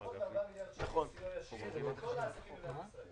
לפחות 4 מיליארד שקלים סיוע ישיר לכל העסקים במדינת ישראל.